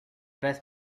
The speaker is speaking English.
best